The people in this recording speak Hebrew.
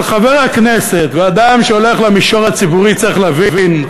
אבל חבר הכנסת ואדם שהולך למישור הציבורי צריך להבין,